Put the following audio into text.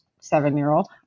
seven-year-old